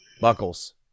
Buckles